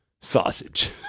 Sausage